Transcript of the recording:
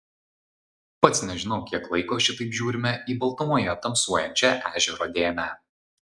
pats nežinau kiek laiko šitaip žiūrime į baltumoje tamsuojančią ežero dėmę